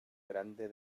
grande